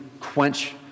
quench